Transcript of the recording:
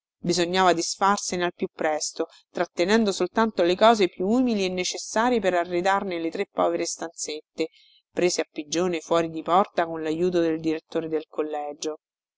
bisognava disfarsene al più presto trattenendo soltanto le cose più umili e necessarie per arredarne le tre povere stanzette prese a pigione fuori di porta con lajuto del direttore del collegio